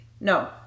No